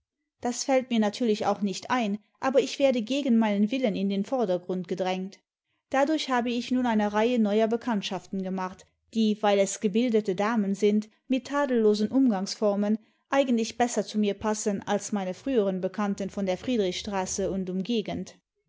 das fällt mir ioatürlich auch nicht ein aber ich werde gegen meinen willen in den vordergriind gedrängt dadurch habe ich nun eine reihe neuer bekanntschaften gemacht die weil es gebildete damen sind mit tadellosen umgangsformen eigentlich besser zu mir passen als meine früheren bekannten von der friedrichstraße und umgegend